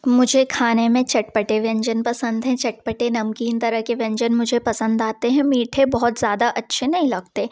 मुझे खाने में चटपटे व्यंजन पसंद है चटपटे नमकीन तरह के व्यंजन मुझे पसंद आते है मीठे बहुत ज़्यादा अच्छे नहीं लगते